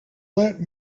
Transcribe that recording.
let